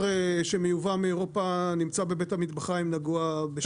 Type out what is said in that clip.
שמיובא מאירופה נמצא בבית המטבחיים נגוע.